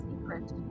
secret